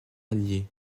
alliées